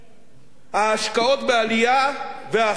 ההשקעות בעלייה, והכי חשוב: